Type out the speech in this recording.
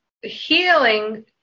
Healing